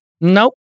Nope